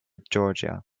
georgia